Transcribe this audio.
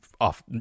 off